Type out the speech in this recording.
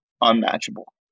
unmatchable